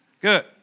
Good